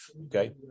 Okay